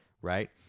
right